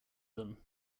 them